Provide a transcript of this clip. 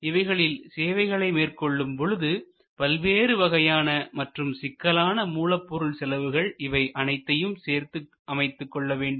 இவைகளில் சேவைகளை மேற்கொள்ளும் பொழுது பல்வேறு வகையிலான மற்றும் சிக்கலான மூலபொருள் செலவுகள் இவை அனைத்தையும் சேர்த்துக் அமைத்துக்கொள்ள வேண்டும்